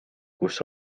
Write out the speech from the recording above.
kus